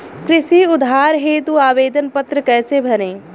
कृषि उधार हेतु आवेदन पत्र कैसे भरें?